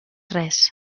res